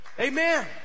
Amen